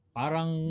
parang